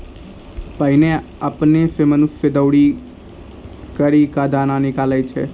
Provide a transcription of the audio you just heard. पहिने आपने सें मनुष्य दौरी करि क दाना निकालै छलै